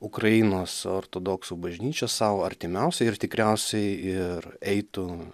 ukrainos ortodoksų bažnyčią sau artimiausia ir tikriausiai ir eitų